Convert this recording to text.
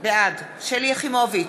בעד שלי יחימוביץ,